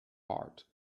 heart